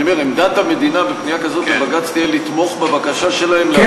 אני אומר: עמדת המדינה בפנייה כזאת לבג"ץ תהיה לתמוך בבקשה שלהם,